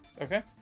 okay